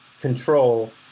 control